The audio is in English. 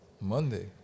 Monday